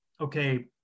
okay